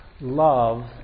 love